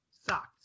sucked